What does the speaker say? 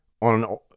on